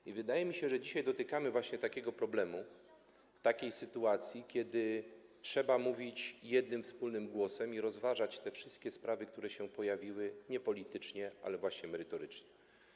I wydaje mi się, że dzisiaj dotykamy właśnie takiego problemu, mamy taką sytuację, kiedy trzeba mówić jednym wspólnym głosem i rozważać te wszystkie sprawy, które się pojawiły, nie politycznie, ale właśnie merytorycznie.